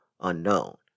unknown